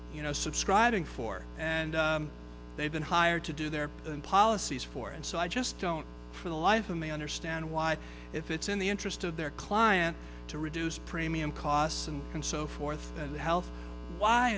you know subscribing for and they've been hired to do their policies for and so i just don't for the life and they understand why if it's in the interest of their client to reduce premium costs and so forth and health